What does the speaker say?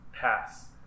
pass